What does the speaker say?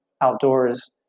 outdoors